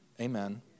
amen